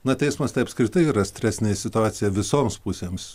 na teismas tai apskritai yra stresinė situacija visoms pusėms